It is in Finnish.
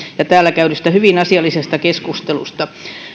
ja täällä käydystä hyvin asiallisesta keskustelusta